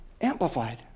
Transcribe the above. amplified